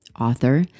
author